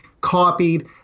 copied